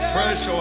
Fresh